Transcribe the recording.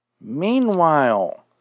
Meanwhile